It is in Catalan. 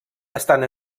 estan